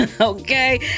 Okay